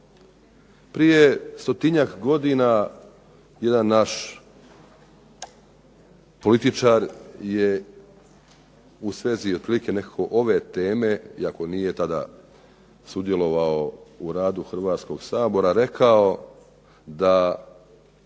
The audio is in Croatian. Prije stotinjak godina, jedan naš političar je u svezi otprilike nekako ove teme, iako nije tada sudjelovao u radu Hrvatskog sabora, rekao da